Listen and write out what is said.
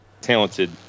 talented